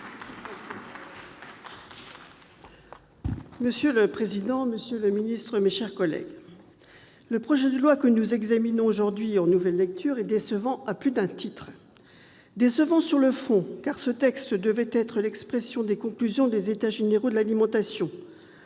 Monsieur le président, monsieur le ministre, mes chers collègues, le projet de loi que nous examinons aujourd'hui en nouvelle lecture est décevant à plus d'un titre. Il est décevant sur le fond, car ce texte devait être l'expression des conclusions des États généraux de l'alimentation.